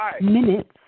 minutes